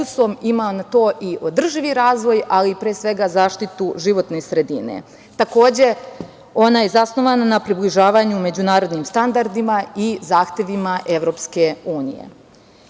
na održivom razvoju, ali pre svega, zaštitu životne sredine. Takođe, ona je zasnovana na približavanju međunarodnim standardima i zahtevima Evropske unije. Upravo